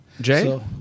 jay